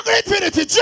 infinity